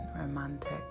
romantic